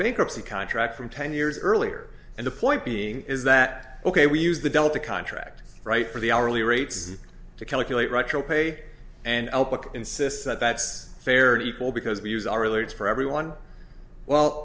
bankruptcy contract from ten years earlier and the point being is that ok we use the delta contract right for the hourly rates to calculate retro pay and insists that that's fair and equal because we use our leads for everyone well